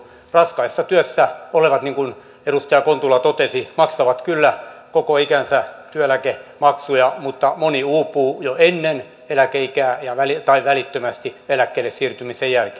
raskaissa töissä olevat niin kuin edustaja kontula totesi maksavat kyllä koko ikänsä työeläkemaksuja mutta moni uupuu jo ennen eläkeikää tai välittömästi eläkkeelle siirtymisen jälkeen